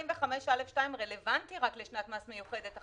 145(א)(2) רלוונטי רק לשנת מס מיוחדת,